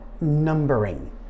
numbering